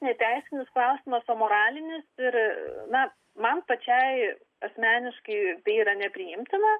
ne teisinis klausimas o moralinis ir na man pačiai asmeniškai tai yra nepriimtina